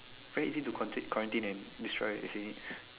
very easy to quarantine quarantine and destroy actually